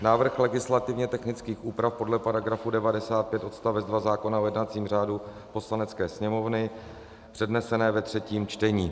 Návrh legislativně technických úprav podle § 95 odst. 2 zákona o jednacím řádu Poslanecké sněmovny přednesených ve třetím čtení.